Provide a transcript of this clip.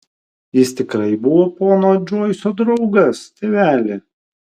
jis tikrai buvo pono džoiso draugas tėveli